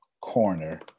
corner